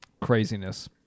Craziness